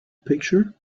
picture